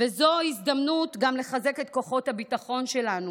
וזו ההזדמנות גם לחזק את כוחות הביטחון שלנו,